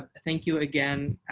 thank you again.